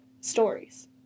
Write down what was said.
stories